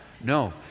no